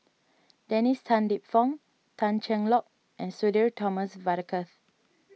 Dennis Tan Lip Fong Tan Cheng Lock and Sudhir Thomas Vadaketh